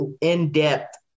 in-depth